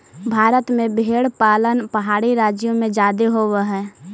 भारत में भेंड़ पालन पहाड़ी राज्यों में जादे होब हई